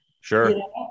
Sure